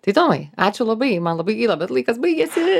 tai tomai ačiū labai man labai gaila bet laikas baigėsi